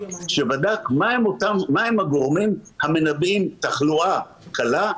שבדק מה הם הגורמים המנבאים תחלואה קלה,